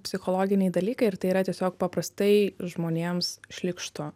psichologiniai dalykai ir tai yra tiesiog paprastai žmonėms šlykštu